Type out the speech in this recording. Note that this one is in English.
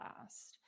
last